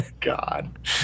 God